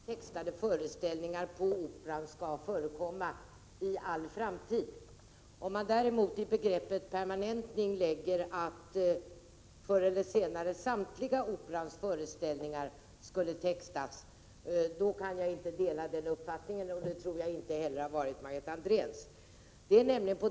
Herr talman! Margareta Andrén hoppas att textningen skall permanentas. Det är en uppfattning som jag delar, om vi med begreppet permanentas menar att textade föreställningar på Operan skall förekomma i all framtid. Om man däremot i begreppet permanentning lägger att förr eller senare samtliga Operans föreställningar skall textas, kan jag inte dela den uppfattningen. Det tror jag inte heller har varit Margareta Andréns mening.